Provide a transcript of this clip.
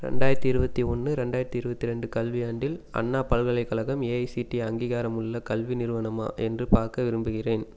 ரெண்டாயிரத்து இருபத்தி ஒன்று ரெண்டாயிரத்து இருபத்தி ரெண்டு கல்வியாண்டில் அண்ணா பல்கலைக்கழகம் ஏஐசிடிஇ அங்கீகாரமுள்ள கல்வி நிறுவனமா என்று பார்க்க விரும்புகிறேன்